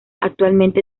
actualmente